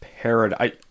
paradise